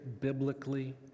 biblically